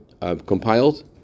compiled